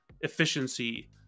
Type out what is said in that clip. efficiency